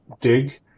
dig